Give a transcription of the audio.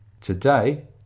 Today